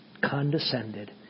condescended